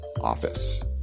office